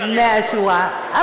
מהשורה.